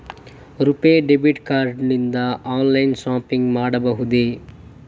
RuPay debit card ನಿಂದ online shopping ಮಾಡಬಹುದೇ?